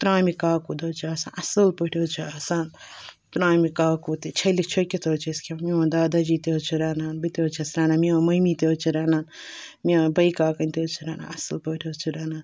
ترٛامہِ کاکُد حظ چھِ آسان اَصٕل پٲٹھۍ حظ چھِ آسان ترٛامہِ کاکُد چھٔلِتھ چھوٚکِتھ حظ چھِ أسۍ کھٮ۪وان میون داداجی تہِ حظ چھِ رَنان بہٕ تہِ حظ چھس رَنان میون مٔمی تہِ حظ چھِ رَنان میٛٲنۍ بٔےکاکَنۍ تہِ حظ چھِ رَنان اَصٕل پٲٹھۍ حظ چھِ رَنان